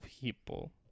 People